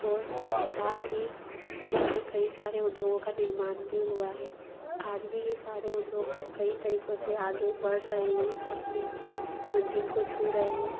और साथ ही इनमें कई सारे उद्योगों का निर्माण भी हुआ है आज भी यह सारे उद्योग कई तरीकों से आगे बढ़ रहे हैं अपनी मंजिल को छू रहे हैं